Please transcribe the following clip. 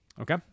Okay